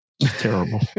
Terrible